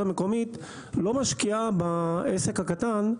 המקומית לא משקיעה בעסק הקטן